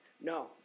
No